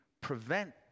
prevent